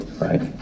right